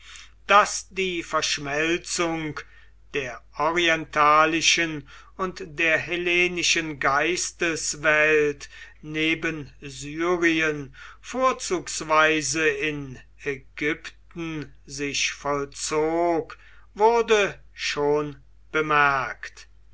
daß die verschmelzung der orientalischen und der hellenischen geisteswelt neben syrien vorzugsweise in ägypten sich vollzog wurde schon bemerkt